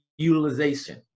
utilization